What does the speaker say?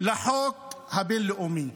לחוק הבין-לאומי.